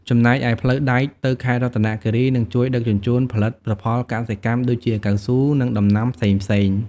ចំណែកឯផ្លូវដែកទៅខេត្តរតនគិរីនឹងជួយដឹកជញ្ជូនផលិតផលកសិកម្មដូចជាកៅស៊ូនិងដំណាំផ្សេងៗ។